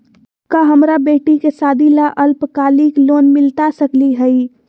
का हमरा बेटी के सादी ला अल्पकालिक लोन मिलता सकली हई?